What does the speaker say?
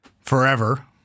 forever